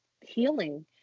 healing